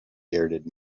bearded